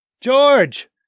George